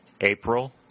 April